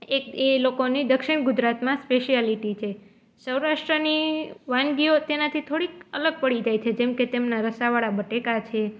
એક એ લોકોની દક્ષિણ ગુજરાતમાં સ્પેશિયાલિટી છે સૌરાષ્ટ્રની વાનગીઓ તેનાથી થોડીક અલગ પડી જાય છે જેમ કે તેમના રસાવાળા બટેકા છે